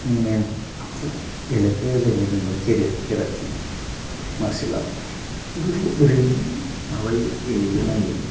बिसोरनि मैन आखु गेलेथायआ जाहैबाय जेनेबा काराटे मारसोल आर्ट बेफोरखौ बोरै माबायो गेलेयो नायो